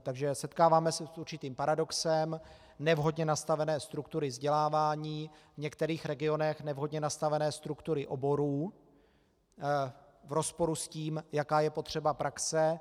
Takže se setkáváme s určitým paradoxem nevhodně nastavené struktury vzdělávání, v některých regionech nevhodně nastavené struktury oborů v rozporu s tím, jaká je potřeba praxe.